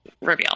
reveal